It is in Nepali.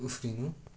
उफ्रिनु